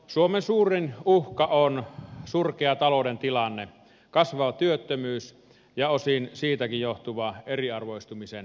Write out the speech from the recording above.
suomen suurin uhka on surkea talouden tilanne kasvava työttömyys ja osin siitäkin johtuva eriarvoistumisen kehitys